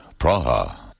Praha